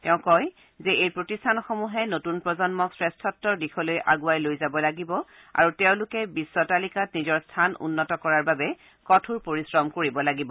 তেওঁ কয় যে এই প্ৰতিষ্ঠানসমূহে নতুন প্ৰজন্মক শ্ৰেষ্ঠত্বৰ দিশলৈ আগুৱাই লৈ যাব লাগিব আৰু তেওঁলোকে বিশ্ব তালিকাত নিজৰ স্থান উন্নত কৰাৰ বাবে কঠোৰ পৰিশ্ৰম কৰিব লাগিব